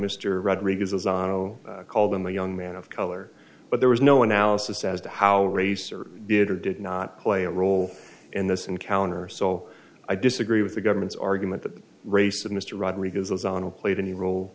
mr rodriguez as on no call them the young man of color but there was no analysis as to how race or did or did not play a role in this encounter so i disagree with the government's argument that the race of mr rodriguez was on played any role